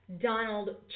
Donald